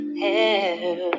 hair